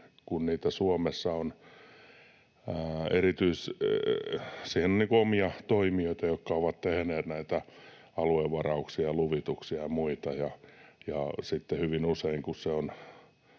kun Suomessa on siihen omia toimijoita, jotka ovat tehneet aluevarauksia ja luvituksia ja muita, niin sitten hyvin usein, kun se on